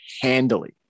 handily